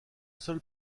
seul